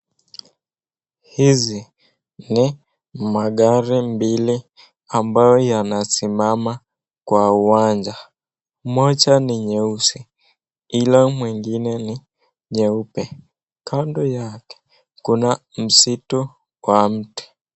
Hizi ni magari mbili ambayo yanasimama kwa uwanja. Moja ni nyeusi ila mwingine ni nyeupe. Kando yake kuna msitu wa mti.